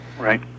Right